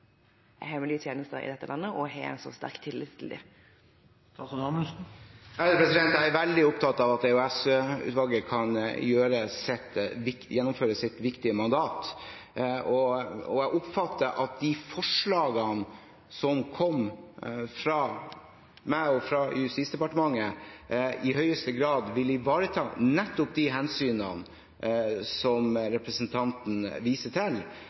hemmelige tjenester i dette landet – og har en så sterk tillit til dem? Jeg er veldig opptatt av at EOS-utvalget kan gjennomføre sitt viktige mandat. Jeg oppfatter det slik at de forslagene som kom fra meg og Justis- og beredskapsdepartementet, i høyeste grad vil ivareta nettopp de hensynene som representanten viser til,